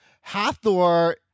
Hathor